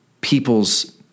people's